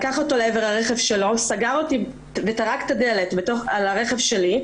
לקח אותו לעבר הרכב שלו וטרק את הדלת ברכב שלי,